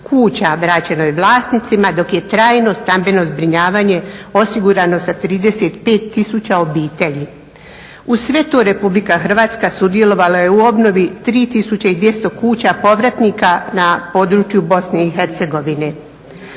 kuća vraćeno je vlasnicima, dok je trajno stambeno zbrinjavanje osigurano sa 35 tisuća obitelji. Uz sve to RH sudjelovala je u obnovi 3200 kuća povratnika na području BiH. RH pored